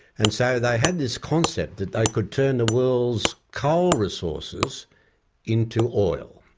and so they had this concept that they could turn the world's coal resources into oil.